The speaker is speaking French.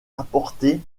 apportées